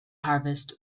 harvest